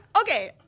Okay